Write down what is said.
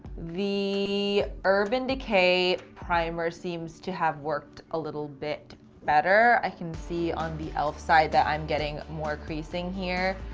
the urban decay primer seems to have worked a little bit better. i can see on the e l f. side that i'm getting more creasing here.